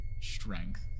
strength